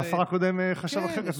אבל השר הקודם חשב אחרת ממך.